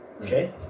Okay